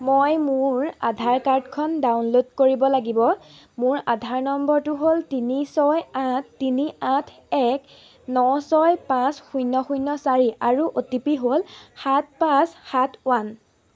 মই মোৰ আধাৰ কাৰ্ডখন ডাউনলোড কৰিব লাগিব মোৰ আধাৰ নম্বৰটো হ'ল তিনি ছয় আঠ তিনি আঠ এক ন ছয় পাঁচ শূন্য শূন্য চাৰি আৰু অ' টি পি হ'ল সাত পাঁচ সাত ওৱান